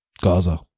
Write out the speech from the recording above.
Gaza